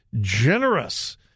generous